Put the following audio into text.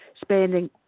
spending